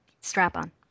Strap-on